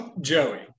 Joey